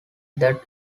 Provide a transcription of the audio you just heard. that